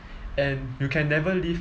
and you can never leave